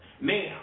Ma'am